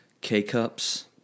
K-Cups